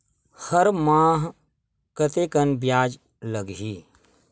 हर माह कतेकन ब्याज लगही?